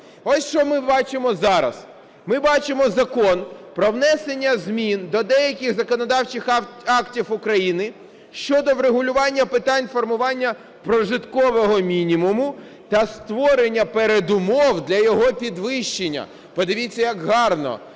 Ось, що ми бачимо зараз. Ми бачимо Закон про внесення змін до деяких законодавчих актів України щодо врегулювання питань формування прожиткового мінімуму та створення передумов для його підвищення. Подивіться як гарно